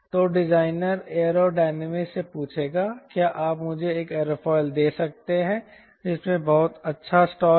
तो designer aerodynamicist से पूछेगा क्या आप मुझे एक एयरोफिल दे सकते हैं जिसमें बहुत अच्छा स्टाल है